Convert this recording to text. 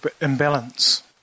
imbalance